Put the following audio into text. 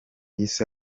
yise